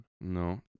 No